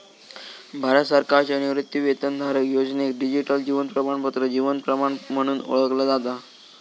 भारत सरकारच्यो निवृत्तीवेतनधारक योजनेक डिजिटल जीवन प्रमाणपत्र जीवन प्रमाण म्हणून ओळखला जाता